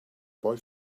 boy